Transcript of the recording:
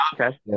okay